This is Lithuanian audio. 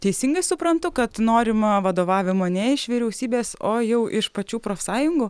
teisingai suprantu kad norima vadovavimo ne iš vyriausybės o jau iš pačių profsąjungų